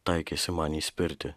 taikėsi man įspirti